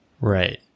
right